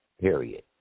period